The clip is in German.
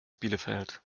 bielefeld